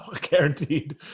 guaranteed